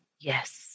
Yes